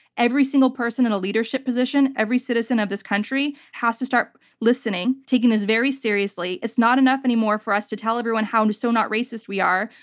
every single person in a leadership position, every citizen of this country has to start listening, taking this very seriously. it's not enough anymore for us to tell everyone how and so not racist we are.